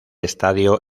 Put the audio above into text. estadio